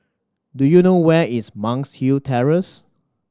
do you know where is Monk's Hill Terrace